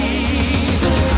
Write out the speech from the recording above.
Jesus